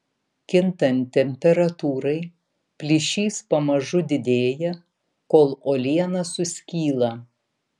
kintant temperatūrai plyšys pamažu didėja kol uoliena suskyla